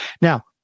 Now